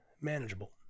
manageable